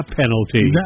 penalty